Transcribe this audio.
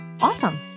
Awesome